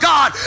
God